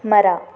ಮರ